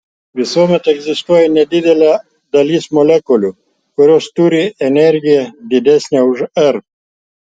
visuomet egzistuoja nedidelė dalis molekulių kurios turi energiją didesnę už r